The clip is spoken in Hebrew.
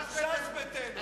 ש"ס ביתנו, תודה רבה.